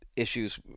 issues